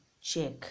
check